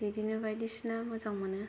बिदिनो बायदिसिना मोजां मोनो